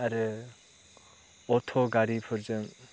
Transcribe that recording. आरो अट' गारिफोरजों